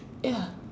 ya